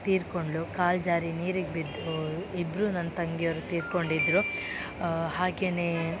ತೀರಿಕೊಂಡ್ಳು ಕಾಲು ಜಾರಿ ನೀರಿಗೆ ಬಿದ್ದು ಇಬ್ಬರು ನನ್ನ ತಂಗಿಯರು ತೀರಿಕೊಂಡಿದ್ರು ಹಾಗೆಯೇ